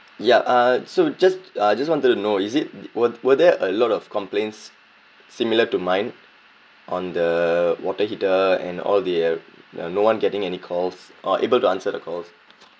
ya uh so just uh just wanted to know is it were were there a lot of complaints similar to mine on the water heater and all the uh uh no one getting any calls or able to answer the calls